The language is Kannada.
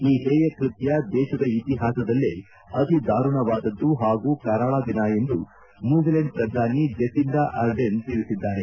ಈ ಹೇಯಕೃತ್ಯ ದೇಶದ ಇತಿಹಾಸದಲ್ಲೇ ಅತಿ ದಾರುಣವಾದದ್ದು ಹಾಗೂ ಕರಾಳ ದಿನ ಎಂದು ನ್ಯೂಜಿಲೆಂಡ್ ಪ್ರಧಾನ ಮಂತ್ರಿ ಜೆಸಿಂಡಾ ಅರ್ಡೆನ್ ತಿಳಿಸಿದ್ದಾರೆ